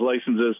licenses